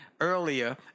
earlier